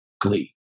glee